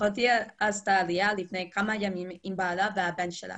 אחותי עשתה עלייה לפני כמה ימים עם בעלה והבן שלה.